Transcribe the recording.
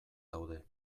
daude